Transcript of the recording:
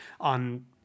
on